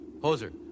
Hoser